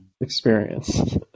experience